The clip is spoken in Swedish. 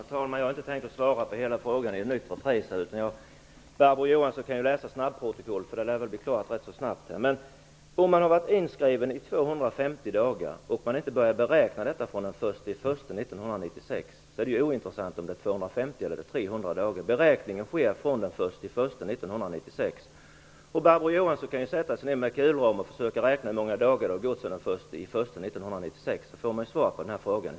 Herr talman! Jag tänker inte svara på frågan ännu en gång. Barbro Johansson kan ju läsa snabbprotokollet som blir klart rätt så snabbt. Om man har varit inskriven i över 250 dagar och beräkningen inte börjar förrän den 1 januari 1996 är det ju ointressant om det rör sig om 250 eller 300 Barbro Johansson kan ju sätta sig ned med en kulram och räkna efter hur många dagar det har gått från den 1 januari 1996. Då får hon svar på sin fråga.